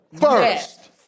first